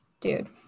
Dude